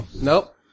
Nope